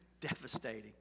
devastating